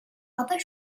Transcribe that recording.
other